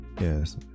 yes